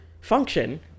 function